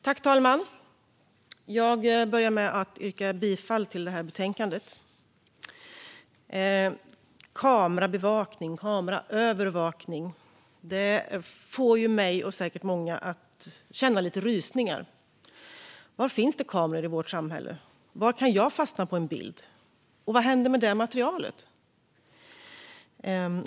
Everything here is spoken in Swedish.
Fru talman! Jag börjar med att yrka bifall till utskottets förslag i betänkandet. Kamerabevakning och kameraövervakning får mig och säkert många andra att känna lite rysningar. Var finns det kameror i vårt samhälle? Var kan jag fastna på en bild? Och vad händer med det materialet?